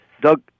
Doug